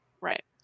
right